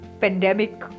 pandemic